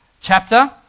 chapter